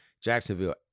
Jacksonville